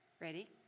Ready